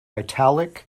italic